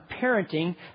parenting